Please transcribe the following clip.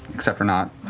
except for nott,